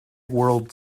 world